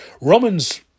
Romans